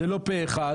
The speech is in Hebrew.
זה לא פה אחד,